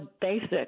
basic